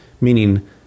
Meaning